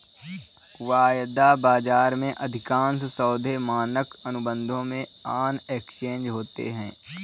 वायदा बाजार में, अधिकांश सौदे मानक अनुबंधों में ऑन एक्सचेंज होते हैं